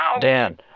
Dan